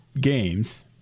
games